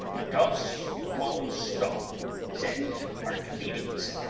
dos pou sto said archimedes.